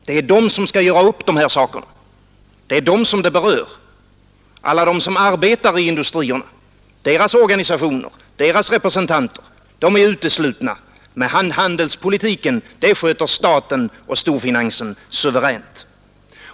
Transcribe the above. Det är de som skall göra upp om de här sakerna, det är dem som det berör. Alla de som arbetar i industrierna, deras organisationer, deras representanter är uteslutna — handelspolitiken sköter staten och storfinansen suveränt.